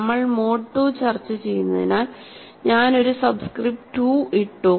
നമ്മൾ mod II ചർച്ച ചെയ്യുന്നതിനാൽ ഞാൻ ഒരു സബ്സ്ക്രിപ്റ്റ് II ഇട്ടു